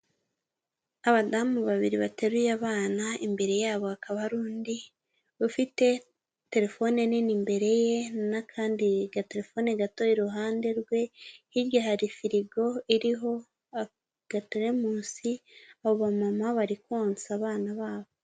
Abadamu babiri bateruye abana imbere yabo hakaba hari undi ufite telefone nini imbere ye n'akandi gatelefone gato iruhande rwe, hirya hari firigo iriho agateremusi abo bamama bari konsa abana babo.